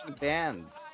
bands